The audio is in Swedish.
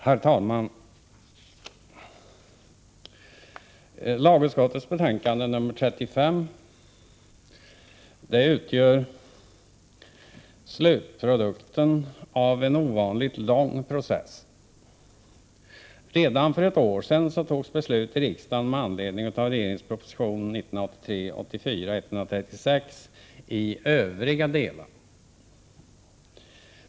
Herr talman! Lagutskottets betänkande 35 utgör slutprodukten av en ovanligt lång process. Redan för ett år sedan fattades beslut i riksdagen med anledning av regeringens proposition 1983/84:136 i övriga delar.